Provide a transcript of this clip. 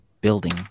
building